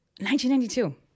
1992